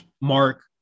Mark